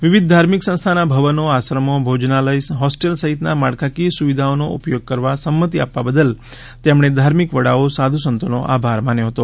વિવિધ ધાર્મિક સંસ્થાના ભવનો આશ્રમો ભોજનાલય હોસ્ટેલ સહિતના માળખાકીય સુવિધાઓનો ઉપયોગ કરવા સંમતિ આપવા બદલ તેમણે ધાર્મિક વડાઓ સાધુસંતોનો આભાર માન્યો હતો